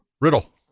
Riddle